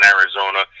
Arizona